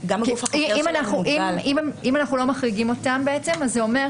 אתם לא מבקשים